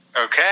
Okay